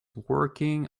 working